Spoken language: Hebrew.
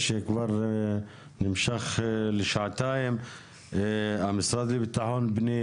שנמשך שעתיים כמו המשרד לביטחון פנים,